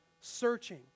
Searching